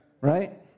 right